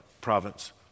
province